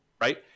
right